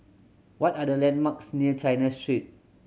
what are the landmarks near China Street